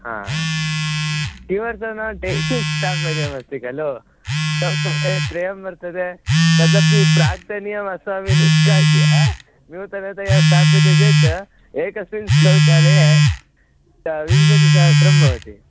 ह किमर्थं नाम टेल्स् स्थापनीयमस्ति खलु शौचालये त्रयं वर्तते तदपि प्राग्तनीयमस्माभिः निष्कास्य नूतनतया स्थाप्यते चेत् एकस्मिन् शौचालये विंशतिसहस्रं भवति